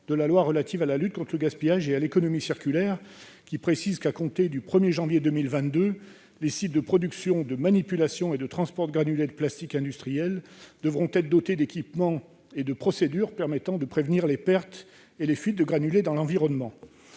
de la loi relative à la lutte contre le gaspillage et à l'économie circulaire, qui précise que, à compter du 1 janvier 2022, les sites de production, de manipulation et de transport de granulés de plastiques industriels devront être dotés d'équipements et de procédures permettant de prévenir les pertes et les fuites de granulés dans l'environnement.